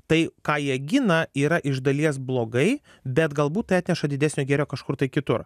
tai ką jie gina yra iš dalies blogai bet galbūt tai atneša didesnio gėrio kažkur tai kitur